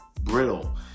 brittle